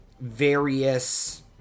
various